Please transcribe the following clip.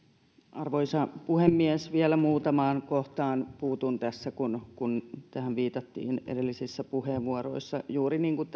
arvoisa puhemies vielä muutamaan kohtaan puutun tässä kun kun tähän viitattiin edellisissä puheenvuoroissa juuri niin kuin